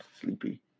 sleepy